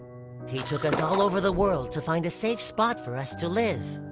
he took us all over the world to find a safe spot for us to live.